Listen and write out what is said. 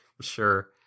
sure